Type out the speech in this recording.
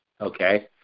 okay